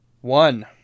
one